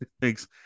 Thanks